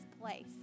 place